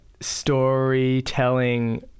storytelling